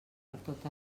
pertot